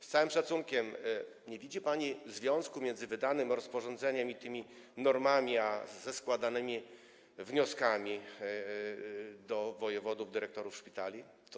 Z całym szacunkiem, nie widzi pani związku między wydanym rozporządzeniem, tymi normami a składanymi wnioskami do wojewodów, dyrektorów szpitali.